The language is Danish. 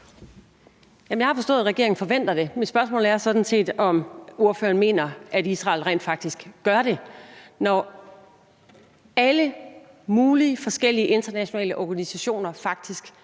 Jeg har forstået, at regeringen forventer det. Mit spørgsmål er sådan set, om ordføreren mener, at Israel rent faktisk gør det, når alle mulige forskellige internationale organisationer faktisk